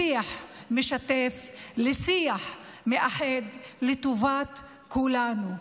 לשיח משתף, לשיח מאחד לטובת כולנו.